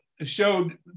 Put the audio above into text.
showed